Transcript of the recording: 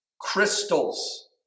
crystals